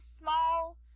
small